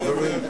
חברים,